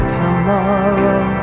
tomorrow